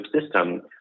system